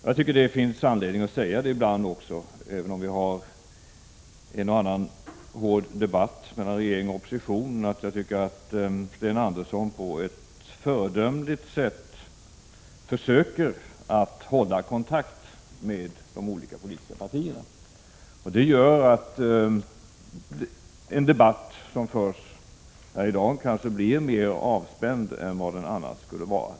Jag tycker att det finns anledning att ibland också säga, även om vi har en och annan hård debatt mellan regering och opposition, att Sten Andersson på ett föredömligt sätt försöker hålla kontakt med de olika politiska partierna. Det gör att den debatt som förs här i dag kanske blir mer avspänd än vad den annars skulle vara.